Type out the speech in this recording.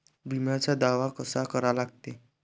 बिम्याचा दावा कसा करा लागते?